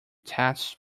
tests